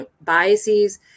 biases